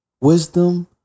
wisdom